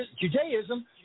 Judaism